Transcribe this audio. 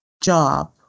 job